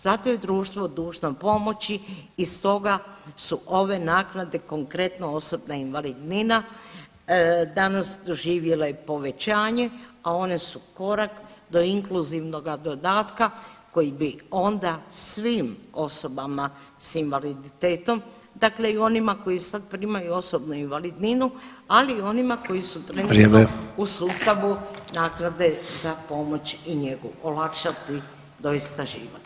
Zato je društvo dužno pomoći i stoga su ove naknade, konkretno osobna invalidnina danas doživjele povećanje, a one su korak do inkluzivnoga dodatka koji bi onda svim osobama s invaliditetom, dakle i onima koji sad primaju osobnu invalidninu, ali i onima koji su trenutno u sustavu [[Upadica: Vrijeme.]] naknade za pomoć i njegu olakšati doista život.